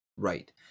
Right